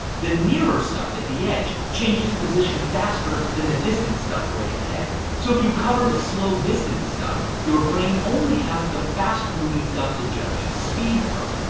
the nearer stuff at the edge changes position faster than the distance stuff way ahead. so if you cover the slow distance stuff your brain only has the faster moving stuff to judge speed from.